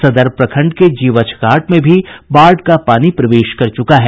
सदर प्रखंड के जीवछघाट में भी बाढ़ का पानी प्रवेश कर चुका है